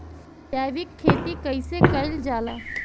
जैविक खेती कईसे कईल जाला?